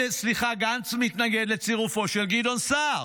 גנץ מתנגד לצירופו של גדעון סער,